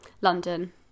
London